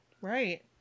Right